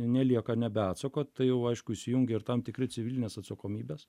nelieka nebe atsako tai jau aišku įsijungia ir tam tikri civilinės atsakomybės